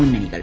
മുന്നണികൾ